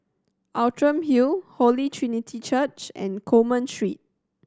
Outram Hill Holy Trinity Church and Coleman Street